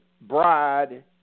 bride